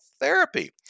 therapy